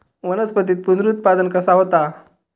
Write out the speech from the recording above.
वनस्पतीत पुनरुत्पादन कसा होता?